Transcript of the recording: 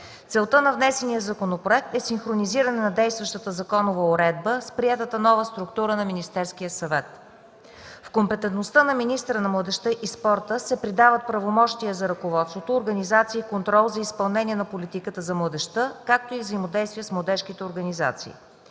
Целта на внесения законопроект е синхронизиране на действащата законова уредба с приетата нова структура на Министерския съвет. В компетентността на министъра на младежта и спорта се придават правомощията за ръководство, организация и контрол на изпълнение на политиката за младежта, както и взаимодействие с младежките организации.